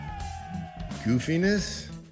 goofiness